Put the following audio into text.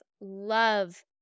love